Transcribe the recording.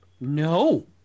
No